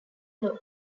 law